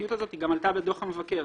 הבעייתיות הזאת והיא גם עלתה בדוח המבקר